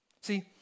See